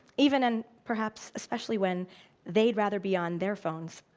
even and perhaps especially when they rather be on their phones.